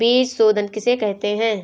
बीज शोधन किसे कहते हैं?